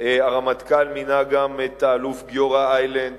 הרמטכ"ל מינה את האלוף גיורא איילנד